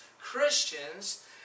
Christians